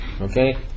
Okay